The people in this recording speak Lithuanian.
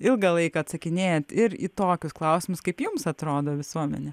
ilgą laiką atsakinėjat ir į tokius klausimus kaip jums atrodo visuomenė